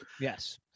Yes